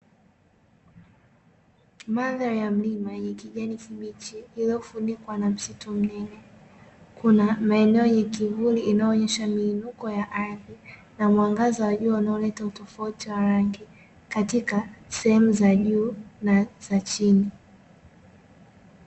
Mandhari ya mlima yenye kijani kibichi, iliyofunikwa na msitu mnene. Kuna maeneo yenye kivuli, inayoonyesha miinuko ya ardhi, na mwangaza wa jua unaoleta utofauti wa rangi, katika sehemu za juu na za chini.